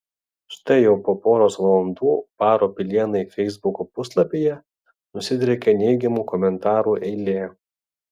štai jau po poros valandų baro pilėnai feisbuko puslapyje nusidriekė neigiamų komentarų eilė